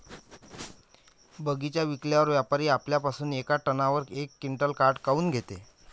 बगीचा विकल्यावर व्यापारी आपल्या पासुन येका टनावर यक क्विंटल काट काऊन घेते?